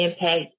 impact